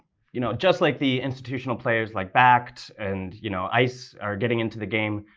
you know just like the institutional players like bakkt and you know ice are getting into the game.